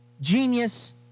genius